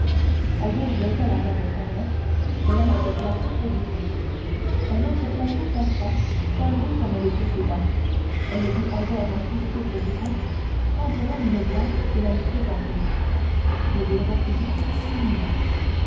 albert baisa la main de sa mère et alla se placer près du comte un autre plateau passa chargé comme les précédents elle vit albert insister près du comte prendre même une glace et la lui présenter mais il refusa obstinément